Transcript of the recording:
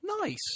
nice